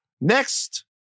next